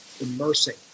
immersing